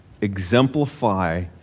exemplify